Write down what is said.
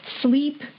sleep